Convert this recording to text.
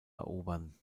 erobern